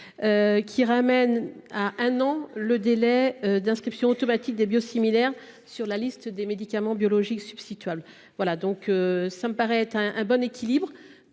de ramener à un an le délai d’inscription automatique des biosimilaires sur la liste des médicaments biologiques substituables. C’est une mesure d’équilibre